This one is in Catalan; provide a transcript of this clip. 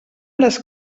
les